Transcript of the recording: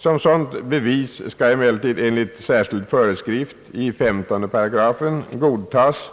Som sådant bevis skall emellertid enligt särskild föreskrift i 15 8 godtas